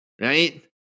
right